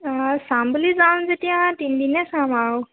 অঁ চাম বুলি যাম যেতিয়া তিনদিনে চাম আৰু